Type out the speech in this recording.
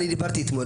אני דיברתי אתמול,